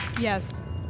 Yes